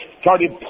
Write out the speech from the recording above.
started